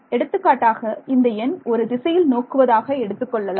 எடுத்துக்காட்டாக இந்த எண் ஒரு திசையில் நோக்குவதாக எடுத்துக்கொள்ளலாம்